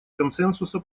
консенсуса